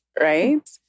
right